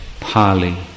Pali